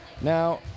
Now